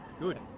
good